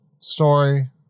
story